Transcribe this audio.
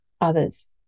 others